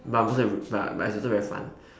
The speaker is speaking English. but most of but but it's also very fun